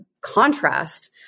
contrast